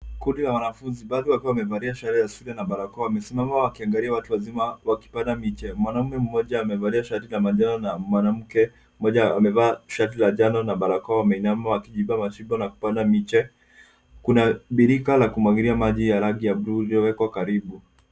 Kundi la wanafunzi, baadhi yao wakiwa wamevalia sare ya shule na barakoa. Wamesimama wakiangalia watu wazima wakipanda miche. Mwanaume mmoja amevalia shati la manjano na mwanamke mmoja amevaa shati la njano na barakoa. Wameinama wakichimba shimo na kupanda miche. Kuna birika la kumwagilia maji ya rangi ya buluu uliowekwa karibu.